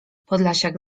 podlasiak